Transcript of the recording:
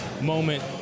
moment